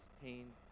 pain